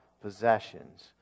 possessions